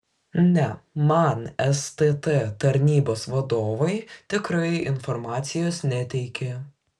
ne man stt tarnybos vadovai tikrai informacijos neteikė